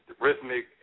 rhythmic